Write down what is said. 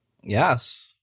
Yes